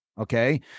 Okay